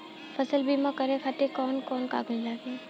फसल बीमा करे खातिर कवन कवन कागज लागी?